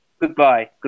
Goodbye